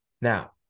Now